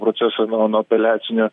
procesą nuo nuo apeliacinio